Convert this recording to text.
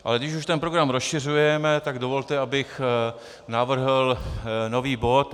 Ale když už ten program rozšiřujeme, tak dovolte, abych navrhl nový bod.